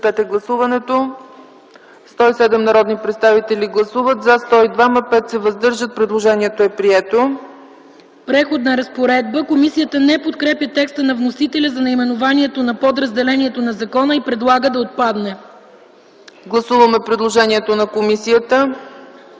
„Преходна разпоредба”. Комисията не подкрепя текста на вносителя за наименованието на подразделението на закона и предлага да отпадне. ПРЕДСЕДАТЕЛ ЦЕЦКА ЦАЧЕВА: Гласуваме предложението на комисията.